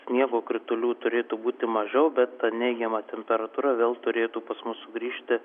sniego kritulių turėtų būti mažiau bet ta neigiama temperatūra vėl turėtų pas mus sugrįžti